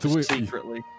Secretly